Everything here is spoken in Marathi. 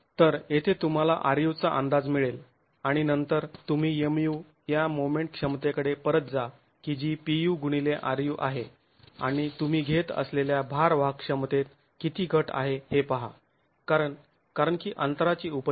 तर येथे तुम्हाला ru चा अंदाज मिळेल आणि नंतर तुम्ही Mu या मोमेंट क्षमतेकडे परत जा की जी Pu गुणिले ru आहे आणि तुम्ही घेत असलेल्या भारवाहक क्षमतेत किती घट आहे हे पहा कारण कारण की अंतराची उपस्थिती